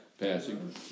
passing